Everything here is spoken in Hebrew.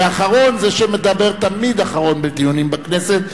ואחרון הוא זה שמדבר תמיד אחרון בדיונים בכנסת,